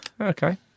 Okay